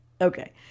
Okay